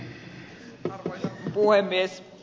arvoisa puhemies